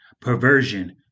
perversion